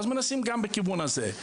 אז מנסים גם בכיוון הזה.